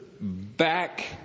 back